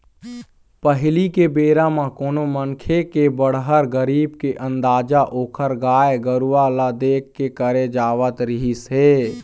पहिली के बेरा म कोनो मनखे के बड़हर, गरीब के अंदाजा ओखर गाय गरूवा ल देख के करे जावत रिहिस हे